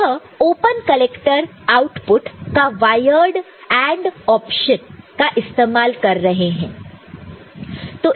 यह open collector output का wired AND option का इस्तेमाल कर रहे हैं